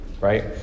right